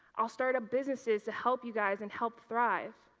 i'll start-up businesses to help you guys and help thrive.